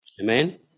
Amen